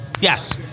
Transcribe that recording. Yes